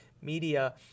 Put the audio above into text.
media